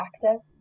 practice